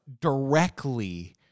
directly